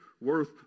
worth